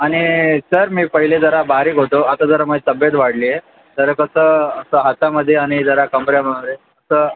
आणि सर मी पहिले जरा बारीक होतो आता जरा माझी तब्बेत वाढली आहे तर कसं असं हातामध्ये आणि जरा कंबरेमध्ये असं